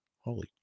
Holy